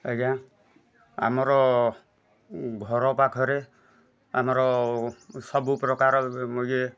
ଆଜ୍ଞା ଆମର ଘର ପାଖରେ ଆମର ସବୁ ପ୍ରକାର ଇଏ